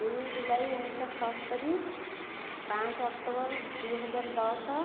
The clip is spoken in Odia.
ଦୁଇ ଜୁଲାଇ ଉଣେଇଶହ ଛଅସ୍ତରି ପାଞ୍ଚ ଅକ୍ଟୋବର ଦୁଇ ହଜାର ଦଶ